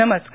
नमस्कार